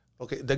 Okay